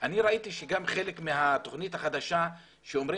אני ראיתי שגם חלק מהתוכנית החדשה שאומרים